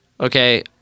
Okay